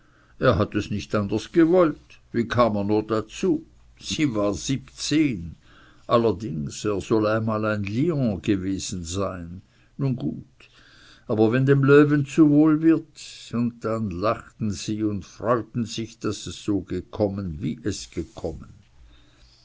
er hat es nicht anders gewollt wie kam er nur dazu sie war siebzehn allerdings er soll einmal ein lion gewesen sein nun gut aber wenn dem löwen zu wohl wird und dann lachten sie und freuten sich daß es so gekommen wie es gekommen